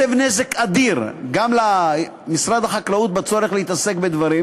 מסב נזק אדיר גם למשרד החקלאות בצורך להתעסק בדברים,